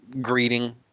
greeting